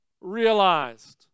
realized